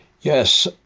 Yes